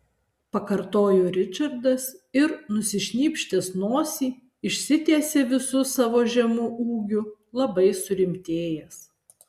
pakartojo ričardas ir nusišnypštęs nosį išsitiesė visu savo žemu ūgiu labai surimtėjęs